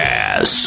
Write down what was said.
ass